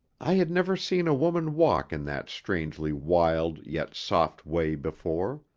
i had never seen a woman walk in that strangely wild yet soft way before.